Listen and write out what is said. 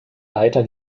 leiter